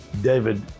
David